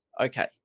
Okay